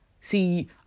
See